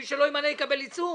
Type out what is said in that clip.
ומי שלא ימנה יקבל עיצום.